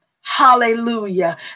Hallelujah